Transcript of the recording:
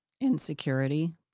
Insecurity